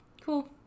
Cool